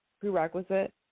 Prerequisite